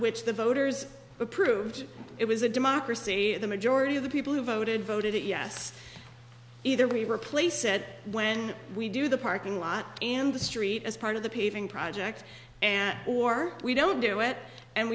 which the voters approved it was a democracy the majority of the people who voted voted it yes either we replace said when we do the parking lot and the street as part of the paving project and or we don't do it and